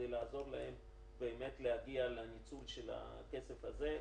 כדי לעזור להם להגיע לניצול הכסף הזה,